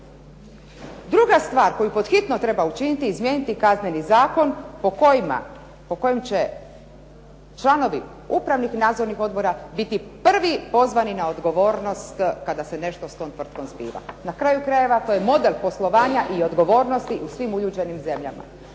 Druga stvar koju pod hitno treba učiniti i izmijeniti Kazneni zakon, po kojem će članovi upravnih i nadzornih odbora biti prvi pozvani na odgovornost kada se nešto s tom tvrtkom zbiva. Na kraju krajeva to je model poslovanja i odgovornosti u svim uljuđenim zemljama.